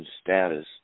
status